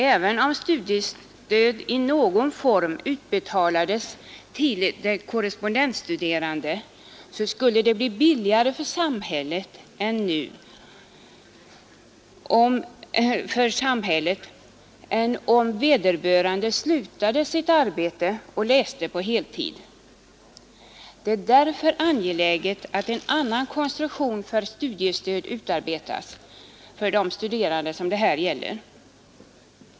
Även om studiestöd i någon form utbetalades till den korrespondensstuderande, skulle det bli billigare för samhället än om vederbörande slutade sitt arbete och läste på heltid. Det är därför angeläget att en annan konstruktion för studiestöd utarbetas för de studerande det här gäller.